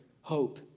hope